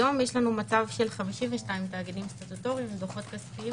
היום יש לנו מצב של 52 תאגידים סטטוטוריים ודוחות כספיים